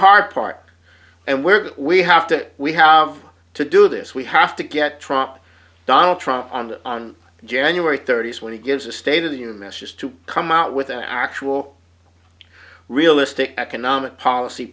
hard part and where we have to we have to do this we have to get trump donald trump on that on january thirtieth when he gives a state of the human issues to come out with an actual realistic economic policy